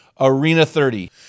ARENA30